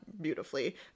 beautifully